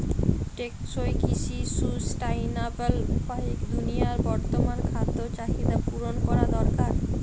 টেকসই কৃষি সুস্টাইনাবল উপায়ে দুনিয়ার বর্তমান খাদ্য চাহিদা পূরণ করা দরকার